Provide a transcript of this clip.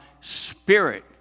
Spirit